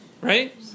right